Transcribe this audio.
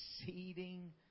exceeding